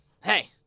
Hey